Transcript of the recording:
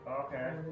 Okay